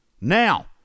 Now